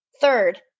Third